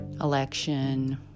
election